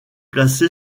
placé